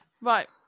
Right